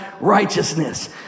righteousness